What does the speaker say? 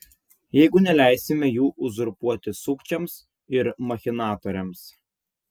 jeigu neleisime jų uzurpuoti sukčiams ir machinatoriams